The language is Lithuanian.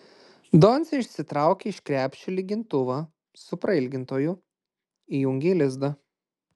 doncė išsitraukė iš krepšio lygintuvą su prailgintoju įjungė į lizdą